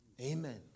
Amen